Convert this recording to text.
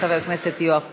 חבר הכנסת יואב קיש.